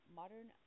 modern